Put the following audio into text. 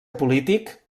polític